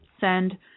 send